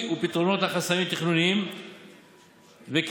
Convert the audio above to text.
ופתרונות לחסמים תכנוניים וקנייניים,